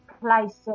places